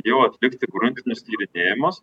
jau atlikti gruntinius tyrinėjimus